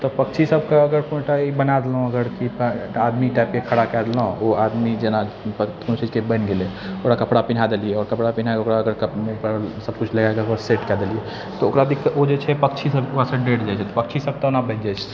तब पक्षीसबके अगर कोनोटा ई बना देलहुँ अगर की एकटा आदमी टाइपके खड़ा कऽ देलहुँ ओ आदमी जेना कोनो चीजके बनि गेलै ओकरा कपड़ा पिनहा देलिए आओर कपड़ा पिनहाके ओकरा अगर मुँहपर सबकिछु लगाकऽ एक बार सेट कऽ देलिए तऽ ओकरा दिक्कत ओ जे छै पक्षीसब ओकरासँ डरि जाइ छै पक्षी सब तनापर बैठि जाइ छै